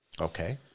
Okay